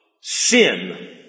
sin